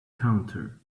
counter